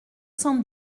cent